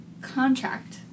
contract